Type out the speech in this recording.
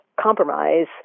compromise